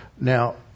Now